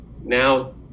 now